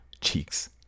cheeks